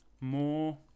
more